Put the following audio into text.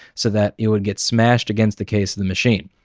so that it would get smashed against the case of the machine.